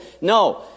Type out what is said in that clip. No